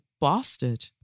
bastard